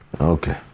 Okay